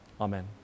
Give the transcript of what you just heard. Amen